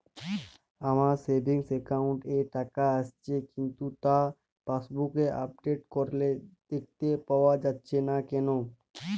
আমার savings account এ টাকা আসছে কিন্তু তা পাসবুক আপডেট করলে দেখতে পাওয়া যাচ্ছে না কেন?